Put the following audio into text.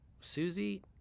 Susie